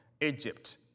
Egypt